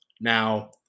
Now